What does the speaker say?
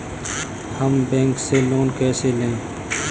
हम बैंक से लोन कैसे लें?